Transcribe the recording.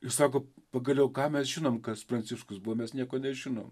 ir sako pagaliau ką mes žinom kas pranciškus buvo mes nieko nežinom